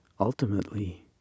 Ultimately